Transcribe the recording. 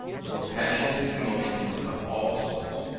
for passionate emotions of all sorts,